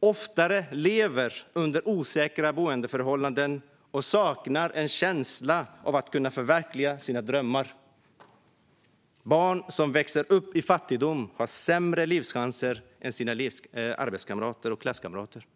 oftare under osäkra boendeförhållanden och saknar en känsla av att kunna förverkliga sina drömmar. Barn som växer upp i fattigdom har sämre livschanser än sina klasskompisar och arbetskamrater.